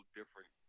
different